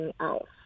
else